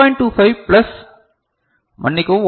25 plus மன்னிக்கவும் 1